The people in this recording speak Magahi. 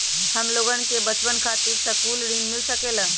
हमलोगन के बचवन खातीर सकलू ऋण मिल सकेला?